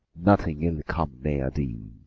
nothing ill come near thee!